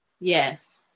Yes